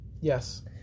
yes